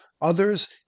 others